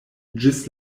ĝis